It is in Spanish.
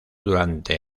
durante